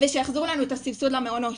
ושיחזירו להם את הסבסוד למעונות.